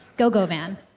gogovan.